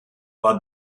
war